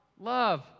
Love